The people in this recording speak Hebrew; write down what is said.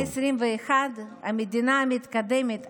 במאה ה-21 המדינה המתקדמת,